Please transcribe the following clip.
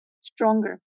stronger